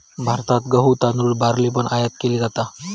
भारतात गहु, तांदुळ, बार्ली पण आयात केली जाता